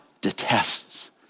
detests